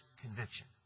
conviction